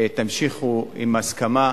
שתמשיכו בהסכמה.